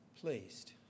pleased